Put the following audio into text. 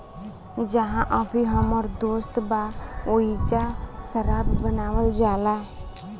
जाहा अभी हमर दोस्त बा ओइजा शराब बनावल जाला